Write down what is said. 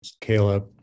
Caleb